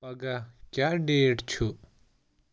پگاہ کیٛاہ ڈیٹ چھُ